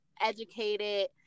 educated